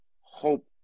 hope